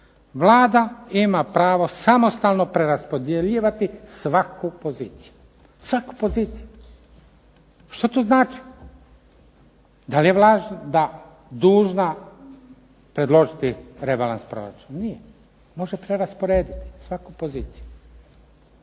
Vlada ima pravo samostalno preraspodjeljivati svaku poziciju. Svaku poziciju. Što to znači? Da li je Vlada dužna predložiti rebalans proračuna? Nije. Može prerasporediti svaku poziciju.